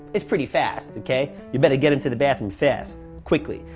it's pretty fast, okay? you better get into the bathroom fast, quickly.